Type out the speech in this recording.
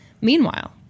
Meanwhile